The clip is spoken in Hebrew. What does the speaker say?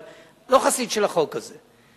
אבל לא חסיד של החוק הזה.